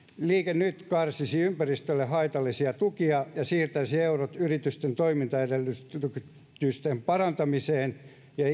liike nyt karsisi ympäristölle haitallisia tukia ja siirtäisi eurot yritysten toimintaedellytysten parantamiseen ja